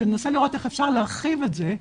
וננסה לראות איך אפשר להרחיב את זה,